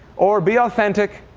or be authentic,